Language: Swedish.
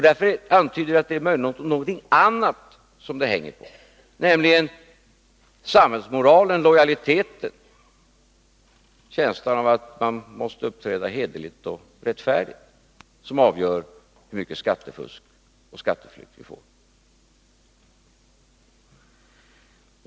Det antyder att det möjligen är någonting annat, nämligen samhällsmoralen, lojaliteten, känslan av att man måste uppträda hederligt och rättfärdigt, som avgör hur mycket skattefusk och skatteflykt vi får.